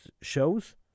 shows